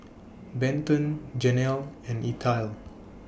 Benton Janelle and Ethyle